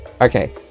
Okay